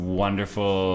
wonderful